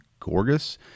Gorgas